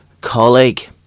colleague